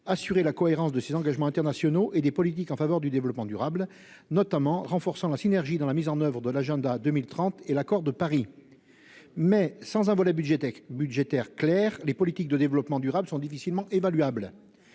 assurer la cohérence de ses engagements internationaux et des politiques en faveur du développement durable notamment renforçant la synergie dans la mise en oeuvre de l'agenda 2030 et l'accord de Paris mais sans un volet budgétaire budgétaire claire les politiques de développement durable sont difficilement évaluables